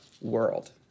world